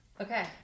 Okay